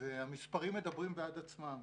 והמספרים מדברים בעד עצמם.